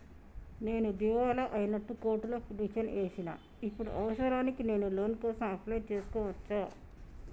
నేను దివాలా అయినట్లు కోర్టులో పిటిషన్ ఏశిన ఇప్పుడు అవసరానికి నేను లోన్ కోసం అప్లయ్ చేస్కోవచ్చా?